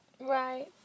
Right